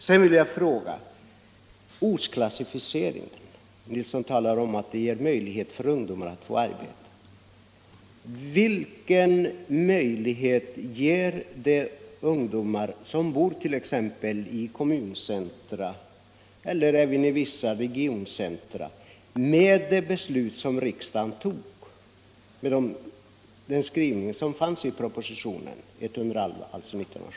Herr Nilsson säger att ortsklassificeringen ger ungdomarna möjlighet att få arbete. Vilka möjligheter ger det beslut som riksdagen fattade på grundval av skrivningen i propositionen 1972:111 de ungdomar som bor i kommuncentra och vissa regioncentra?